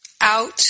out